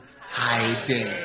hiding